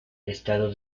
estado